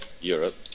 Europe